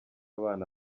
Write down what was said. abana